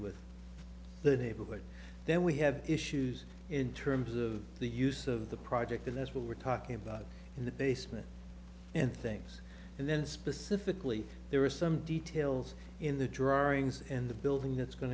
with the neighborhood then we have issues in terms of the use of the project and as we were talking about in the basement and things and then specifically there are some details in the drawings and the building that's going